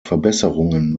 verbesserungen